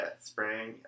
spring